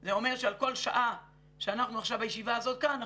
זה אומר שעל כל שעה שאנחנו עכשיו בישיבה הזאת כאן,